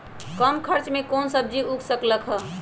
कम खर्च मे कौन सब्जी उग सकल ह?